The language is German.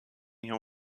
hier